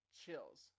chills